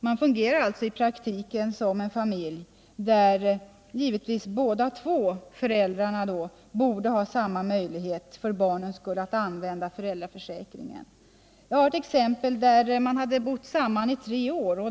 Man fungerar alltså gemensamt i praktiken som en familj, där bägge föräldrarna då för barnens skull givetvis borde ha samma möjligheter att använda föräldraförsäkringen. Jag har ett exempel där man hade bott tillsammans i tre år.